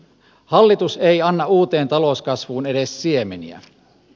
hallitus ei anna uuteen talouskasvuun edes siemeniä